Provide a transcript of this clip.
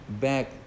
back